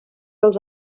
els